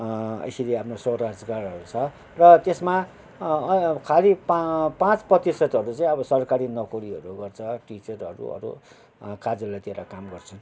यसरी आफ्नो स्वरोजगारहरू छ र त्यसमा खाली पाँ पाँच प्रतिशतहरू चाहिँ अब सरकारी नोकरीहरू गर्छ टिचरहरू अरू कार्यलयतिर काम गर्छन्